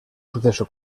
suceso